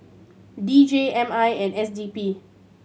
D J M I and S D P